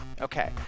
Okay